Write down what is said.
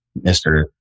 Mr